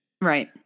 Right